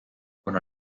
kuna